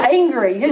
angry